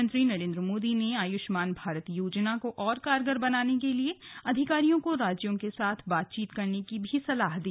प्रधानमंत्री नरेंद्र मोदी ने आयुष्मान भारत योजना को और कारगर बनाने के लिए अधिकारियों को राज्यों के साथ बातचीत करने की भी सलाह दी